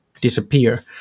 disappear